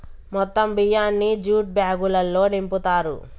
మొత్తం బియ్యాన్ని జ్యూట్ బ్యాగులల్లో నింపుతారు